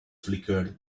flickered